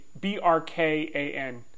B-R-K-A-N